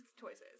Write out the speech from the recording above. choices